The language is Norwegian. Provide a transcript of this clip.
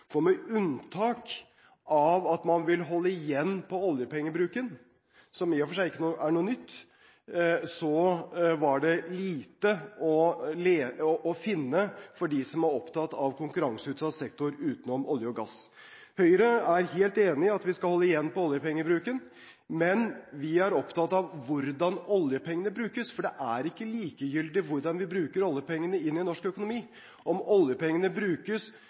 Med unntak av at man vil holde igjen på oljepengebruken – som i og for seg ikke er noe nytt – var det lite å finne for dem som er opptatt av konkurranseutsatt sektor utenom olje og gass. Høyre er helt enig i at vi skal holde igjen på oljepengebruken, men vi er opptatt av hvordan oljepengene brukes. Det er ikke likegyldig hvordan vi bruker oljepengene inn i norsk økonomi – om oljepengene brukes